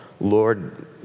Lord